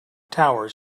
tower